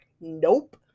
nope